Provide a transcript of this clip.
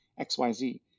XYZ